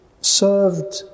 served